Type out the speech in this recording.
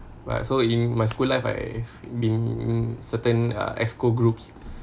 but so in my school life I've been in certain uh exco group